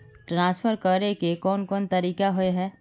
Transfer करे के कोन कोन तरीका होय है?